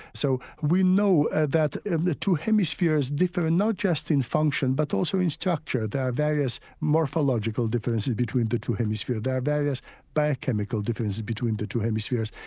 so we know that and the two hemispheres differ not just in function but also in structure. there are various morphological differences between the two hemispheres. there are various biochemical differences between the two hemispheres,